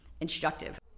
instructive